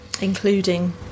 including